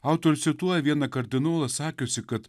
autorius cituoja vieną kardinolą sakiusį kad